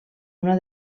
una